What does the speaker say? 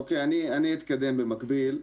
כאמור,